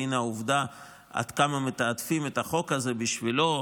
והינה, עובדה עד כמה מתעדפים את החוק הזה בשבילו.